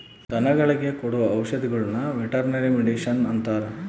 ಧನಗುಳಿಗೆ ಕೊಡೊ ಔಷದಿಗುಳ್ನ ವೆರ್ಟನರಿ ಮಡಿಷನ್ ಅಂತಾರ